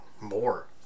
more